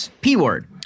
P-word